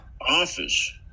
office